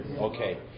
Okay